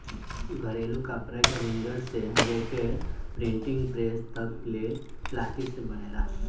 घरेलू कपड़ा के रिंगर से लेके प्रिंटिंग प्रेस तक ले प्लास्टिक से बनेला